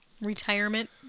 retirement